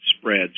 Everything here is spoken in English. spreads